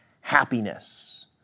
happiness